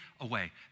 away